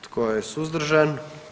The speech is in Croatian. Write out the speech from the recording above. Tko je suzdržan?